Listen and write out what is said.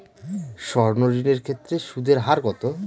সর্ণ ঋণ এর ক্ষেত্রে সুদ এর হার কত?